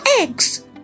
eggs